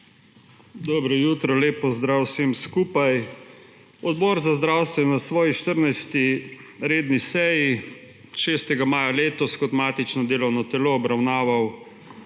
Dobro jutro! Lep pozdrav vsem skupaj! Odbor za zdravstvo je na svoji 14. redni seji 6. maja 2021 kot matično delovno telo obravnaval